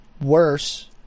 worse